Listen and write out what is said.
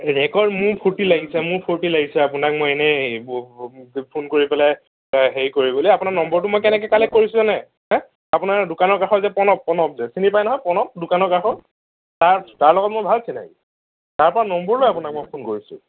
record মোৰ ফূৰ্তি লাগিছে মোৰ ফূৰ্তি লাগিছে আপোনাক মই এনে এইবোৰ ফোন কৰি পেলাই হেৰি কৰিবলৈ আপোনাৰ নম্বৰটো মই কেনেকে কালেক্ট কৰিছোঁ জানে হাঁ আপোনাৰ দোকানৰ কাষৰ যে প্ৰণৱ প্ৰণৱ চিনি পায় নহয় প্ৰণৱ দোকানৰ কাষৰ তাৰ তাৰ লগত মোৰ ভাল চিনাকি তাৰ পৰা নম্বৰ লৈ আপোনাক মই ফোন কৰিছোঁ